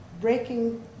breaking